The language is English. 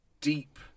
deep